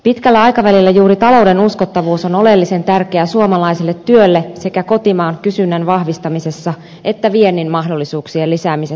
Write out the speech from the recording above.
pitkällä aikavälillä juuri talouden uskottavuus on oleellisen tärkeä suomalaiselle työlle sekä kotimaan kysynnän vahvistamisessa että viennin mahdollisuuksien lisäämisessä